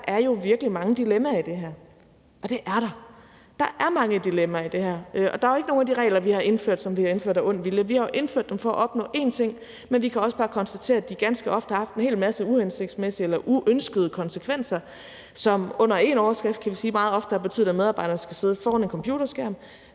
der jo er virkelig mange dilemmaer i det her, og det er der. Der er mange dilemmaer i det her, og der er jo ikke nogen af de regler, vi har indført, som vi har indført af ond vilje. Vi har jo indført dem for at opnå én ting, men vi kan også bare konstatere, at de ganske ofte har haft en hel masse uhensigtsmæssige eller uønskede konsekvenser, som under én overskrift, kan man sige, meget ofte har betydet, at medarbejderen skal sidde foran en computerskærm